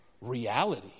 Reality